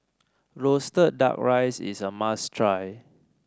roasted duck rice is a must try